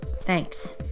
Thanks